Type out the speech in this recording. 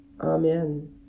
Amen